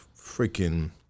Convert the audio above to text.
freaking